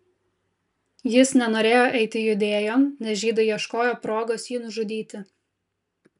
jis nenorėjo eiti judėjon nes žydai ieškojo progos jį nužudyti